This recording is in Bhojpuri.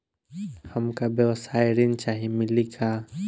हमका व्यवसाय ऋण चाही मिली का?